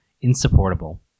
insupportable